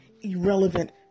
irrelevant